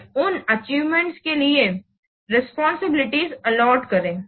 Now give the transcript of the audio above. फिर उन अचीवमेंट के लिए रेस्पॉन्सिबिलिटीज़ अलॉट करें